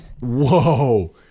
whoa